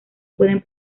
pueden